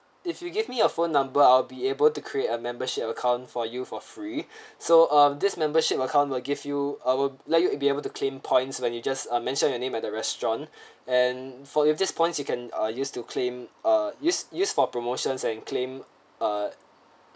if you give me your phone number I'll be able to create a membership account for you for free so um this membership account we'll give you uh will let you will be able to claim points when you just ah mentioned your name at the restaurant and for you've these points you can uh used to claim ah use use for promotions and claim ah